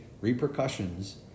repercussions